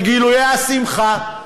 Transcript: וגילויי השמחה,